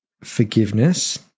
forgiveness